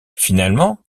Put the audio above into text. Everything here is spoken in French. finalement